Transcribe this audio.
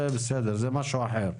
זה בסדר, זה משהו אחר.